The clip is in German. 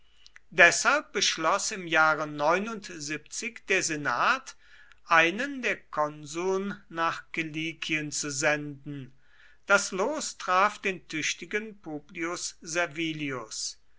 deshalb beschloß im jahre der senat einen der konsuln nach kilikien zu senden das los traf den tüchtigen publius servilius